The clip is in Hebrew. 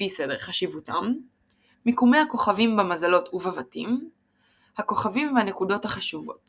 לפי סדר חשיבותם מיקומי הכוכבים במזלות ובבתים הכוכבים והנקודות החשובות